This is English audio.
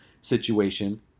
situation